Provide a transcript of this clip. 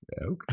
Okay